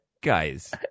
Guys